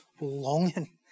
longing